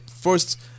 first